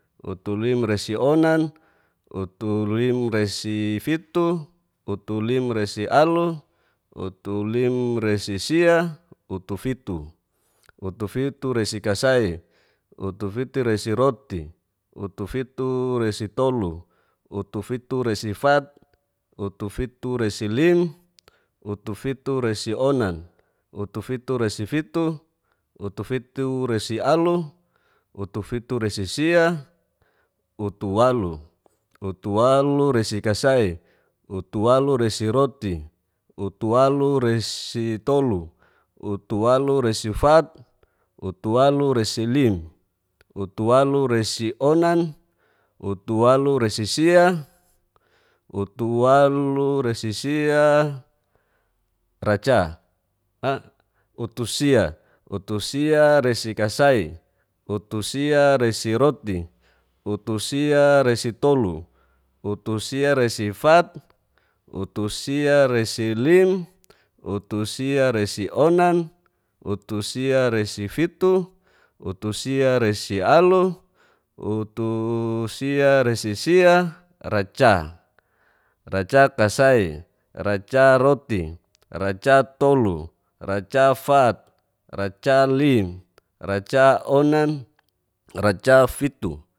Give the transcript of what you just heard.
Utulimresionan, utulimresifitu, utulimrasialu, utulimresisia, utufitu. utufituresikasai, utufituresiroti, utufituresitolu, utufituresifat, utufituresilim, utufituresionan, utufituresifitu, utufituresialu, utufituresisia. utualu, utualuresikasai, uturaluresiroti, utualuresitolu, utualuresifat, utualuresilim, utualuresionan, utualuresisia, utusi, utusiaresikasai, utusiresiroti, utusiaresitolu, utusiaresifat, utusiaresilim, utusiaresionan. utusiaresifitu, utusiaresialu, utusiaresisia, raca, racakasai, racaroti, racatolu, racafat, racailim, racaonan, racafitu.